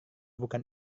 bukan